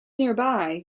nearby